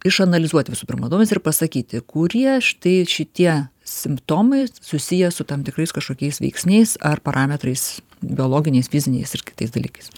išanalizuoti visų pirma duomenis ir pasakyti kurie štai šitie simptomai susiję su tam tikrais kažkokiais veiksniais ar parametrais biologiniais fiziniais ir kitais dalykais